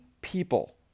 people